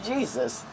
Jesus